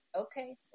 Okay